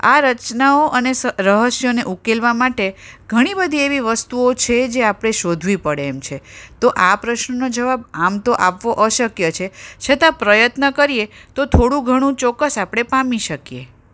આ રચનાઓ અને સ રહસ્યોને ઉકેલવા માટે ઘણીબધી એવી વસ્તુઓ છે જે આપણે શોધવી પડે એમ છે તો આ પ્રશ્નનો જવાબ આમ તો આપવો અશક્ય છે છતાં પ્રયત્ન કરીએ તો થોડું ઘણું ચોક્કસ આપણે પામી શકીએ